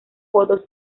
votos